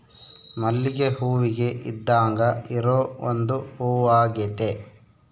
ಮಲ್ಲಿಗೆ ಹೂವಿಗೆ ಇದ್ದಾಂಗ ಇರೊ ಒಂದು ಹೂವಾಗೆತೆ